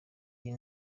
iyi